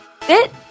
FIT